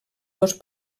dos